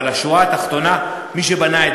אבל השורה התחתונה היא שמי שבנה את